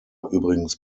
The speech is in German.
übrigens